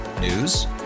News